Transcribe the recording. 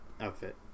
outfit